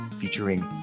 featuring